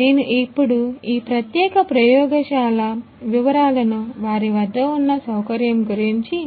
నేను ఇప్పుడు ఈ ప్రత్యేక ప్రయోగశాల వివరాలను వారి వద్ద ఉన్న సౌకర్యం గురించి